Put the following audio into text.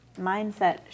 mindset